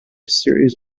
series